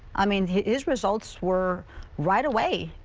i mean, his results were right away.